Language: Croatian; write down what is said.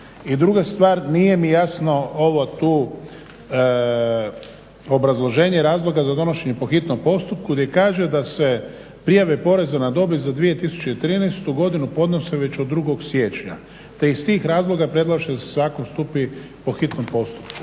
druga stvar, nije mi jasno ovo tu obrazloženje razloga za donošenje po hitnom postupku gdje kaže da se prijave poreza na dobit za 2013. godinu podnose već od 2. siječnja te iz tih razloga predlaže da zakon stupi po hitnom postupku.